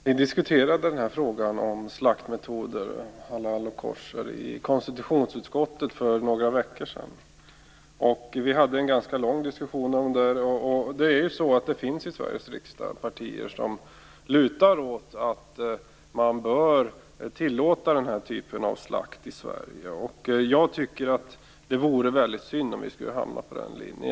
Fru talman! Vi diskuterade frågan om den här slaktmetoden, halal och koscher, i konstitutionsutskottet för några veckor sedan. Vi hade en ganska lång diskussion om detta. Det finns i Sveriges riksdag partier som lutar åt att man bör tillåta den här typen av slakt i Sverige. Jag tycker att det vore synd om vi hamnade på den linjen.